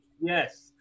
Yes